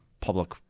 public